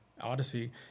Odyssey